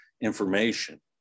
information